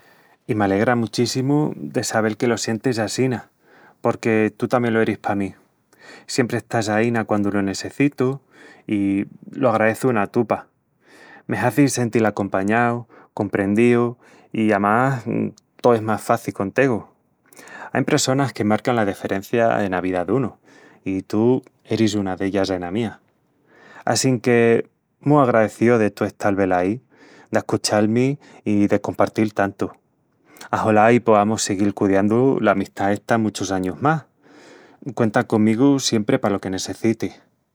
... i m'alegra muchíssimu de sabel que lo sientis assina, porque tú tamién lo eris pa mí. Siempri estás aína quandu lo nessecitu i lo agraeçu una tupa. Me hazis sentil compañau, comprendíu i, amás, tó es más faci con tegu. Ain pressonas que marcan la deferencia ena vida dunu, i tu eris una d'ellas ena mía. Assiinque mu agraecíu de tú estal velaí, d'ascuchal-mi i de compartil tantu. Axolá i poamus siguil cudiandu la amistá esta muchus añus más. Cuenta comigu siempri palo que nessecitis,